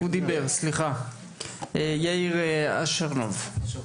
יאיר אושרוב, בבקשה.